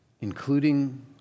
including